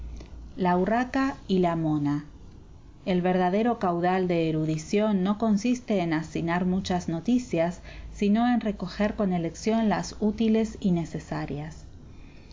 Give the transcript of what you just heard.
la urraca y la mona el verdadero caudal de erudición no consiste en hacinar muchas noticias sino en recoger con elección las útiles y necesarias